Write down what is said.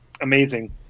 amazing